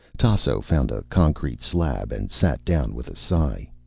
tasso found a concrete slab and sat down with a sigh.